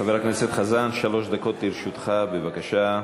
חבר הכנסת חזן, שלוש דקות לרשותך, בבקשה.